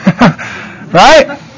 right